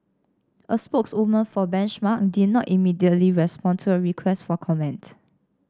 a spokeswoman for Benchmark did not immediately respond to a request for comment